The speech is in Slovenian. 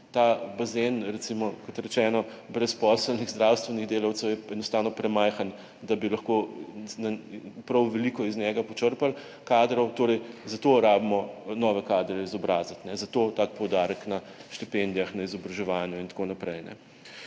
Ta bazen brezposelnih zdravstvenih delavcev je enostavno premajhen, da bi lahko prav veliko iz njega počrpali kadrov, zato torej rabimo nove kadre izobraziti, zato tak poudarek na štipendijah, na izobraževanju in tako naprej.